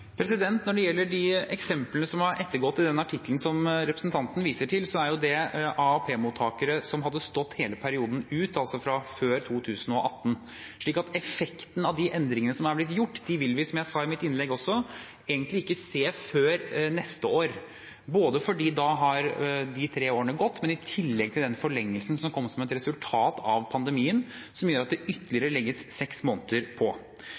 Når de gjelder de eksemplene som var ettergått i den artikkelen som representanten viser til, er det AAP-mottakere som hadde stått hele perioden ut, altså fra før 2018, slik at effekten av de endringene som er blitt gjort, vil vi, som jeg sa i mitt innlegg også, egentlig ikke se før neste år. Da har de tre årene gått, i tillegg til den forlengelsen som kom som et resultat av pandemien, som gjør at det legges ytterligere seks måneder på.